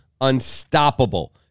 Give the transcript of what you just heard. unstoppable